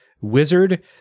wizard